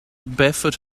barefoot